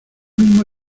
mismo